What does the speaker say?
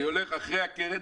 אחרי הקרן,